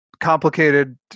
complicated